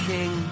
King